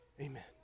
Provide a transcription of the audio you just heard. Amen